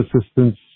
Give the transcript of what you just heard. assistance